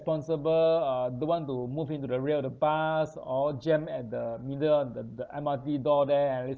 irresponsible uh don't want to move into the rear of the bus all jam at the middle of the the M_R_T door there and leave